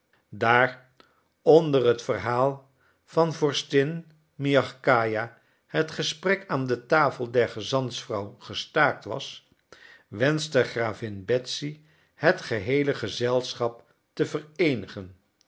daar onder het verhaal van vorstin miagkaja het gesprek aan de tafel der gezantsvrouw gestaakt was wenschte gravin betsy het geheele gezelschap te vereenigen